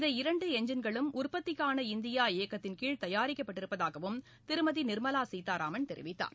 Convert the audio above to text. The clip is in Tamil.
இந்த இரண்டு எஞ்சின்களும் உற்பத்திக்கான இந்தியா இயக்கத்தின்கீழ் தயாரிக்கப்பட்டிருப்பதாகவும் திருமதி நிர்மலா சீதாராமன் தெரிவித்தார்